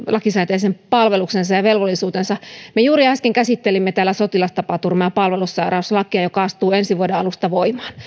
lakisääteisen palveluksensa ja velvollisuutensa me juuri äsken käsittelimme täällä sotilastapaturma ja palvelussairauslakia joka astuu ensi vuoden alusta voimaan